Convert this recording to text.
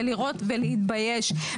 ולראות ולהתבייש.